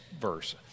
verse